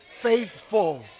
faithful